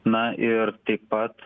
na ir taip pat